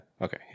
Okay